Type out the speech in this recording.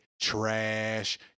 trash